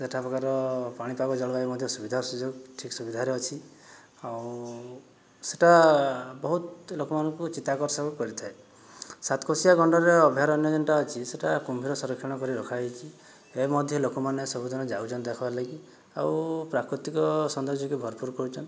ସେଠାକାର ପାଣିପାଗ ଜଳବାୟୁ ମଧ୍ୟ ସୁବିଧା ସୁଯୋଗ ଠିକ୍ ସୁବିଧାରେ ଅଛି ଆଉ ସେଇଟା ବହୁତ ଲୋକମାନଙ୍କୁ ଚିତ୍ତାକର୍ଷକ କରିଥାଏ ସାତକୋଶିଆ ଗଣ୍ଡରେ ଅଭୟାରଣ୍ୟ ଯେଉଁଟା ଅଛି ସେଇଟା କୁମ୍ଭୀର ସଂରକ୍ଷଣ କରି ରଖାହୋଇଛି ଏ ମଧ୍ୟ ଲୋକମାନେ ସବୁଦିନେ ଯାଉଛନ୍ତି ଦେଖିବାର ଲାଗି ଆଉ ପ୍ରାକୃତିକ ସୋନ୍ଦର୍ଯ୍ୟକୁ ଭରପୁର କରୁଛନ୍ତି